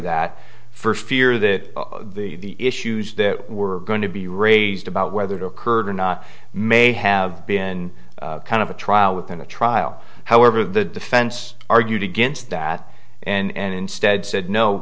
that first fear that the issues that were going to be raised about whether it occurred or not may have been kind of a trial within a trial however the defense argued against that and instead said no